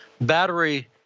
battery